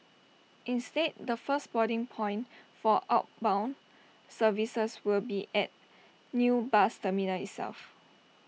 instead the first boarding point for outbound services will be at new bus terminal itself